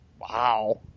Wow